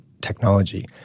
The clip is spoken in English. technology